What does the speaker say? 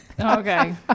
Okay